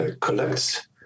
collects